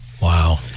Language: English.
Wow